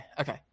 Okay